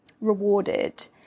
rewarded